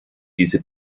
diese